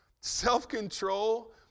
self-control